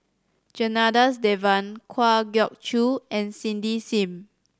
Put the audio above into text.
Janadas Devan Kwa Geok Choo and Cindy Sim